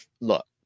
look